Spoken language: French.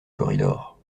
corridor